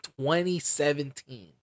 2017